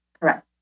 Correct